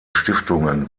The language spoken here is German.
stiftungen